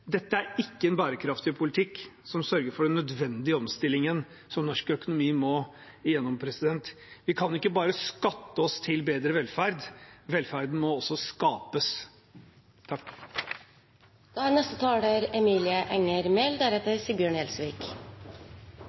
Dette er ikke en bærekraftig politikk som sørger for den nødvendige omstillingen som norsk økonomi må gjennom. Vi kan ikke bare skatte oss til bedre velferd, velferden må også skapes.